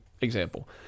example